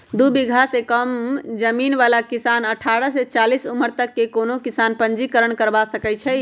दू बिगहा से कम जमीन बला किसान अठारह से चालीस उमर तक के कोनो किसान पंजीकरण करबा सकै छइ